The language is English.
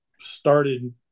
started